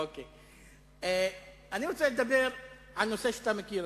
אני רוצה לדבר על נושא שאתה מכיר,